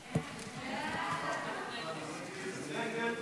מי נגד?